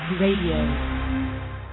Radio